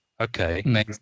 Okay